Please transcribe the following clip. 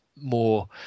more